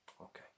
Okay